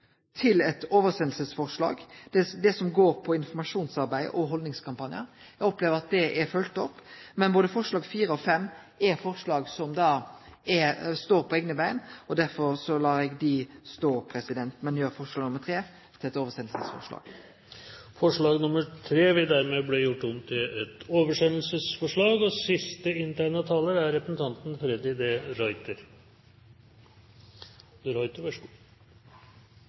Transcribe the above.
Det som går på informasjonsarbeid og haldningskampanjar, opplever eg er følgt opp. Både forslaga nr. 4 og 5 er forslag som står på eigne bein. Derfor lèt eg dei stå, men gjer forslag nr. 3 om til eit oversendingsforslag. Forslag nr. 3 vil dermed bli gjort om til et oversendelsesforslag. Som Aust-Agder-representant føler jeg meg nesten forpliktet til å ta ordet i denne debatten. Vi er